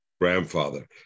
Grandfather